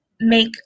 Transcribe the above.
make